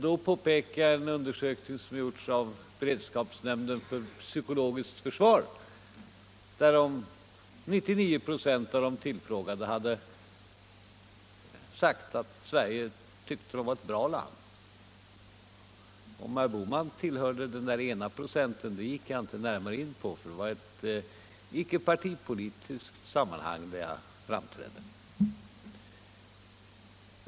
Då pekade jag på en undersökning som gjorts av beredskapsnämnden för psykologiskt försvar, där det redovisas att 99 96 av de tillfrågade hade sagt att de tyckte Sverige var ett bra land. Om herr Bohman tillhörde den återstående procenten gick jag inte närmare in på, eftersom det var i ett icke-politiskt sammanhang som jag framträdde.